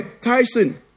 Tyson